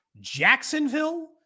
Jacksonville